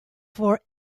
for